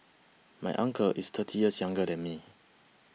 my uncle is thirty years younger than me